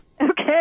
Okay